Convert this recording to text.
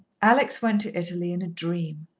alex went to italy in a dream.